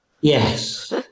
Yes